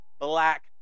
black